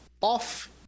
off